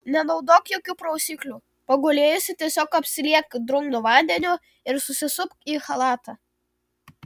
nenaudok jokių prausiklių pagulėjusi tiesiog apsiliek drungnu vandeniu ir susisupk į chalatą